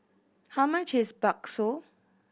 how much is bakso